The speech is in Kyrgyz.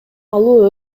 алуу